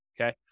okay